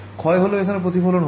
ক্ষয় হলেও এখানে প্রতিফলন হবে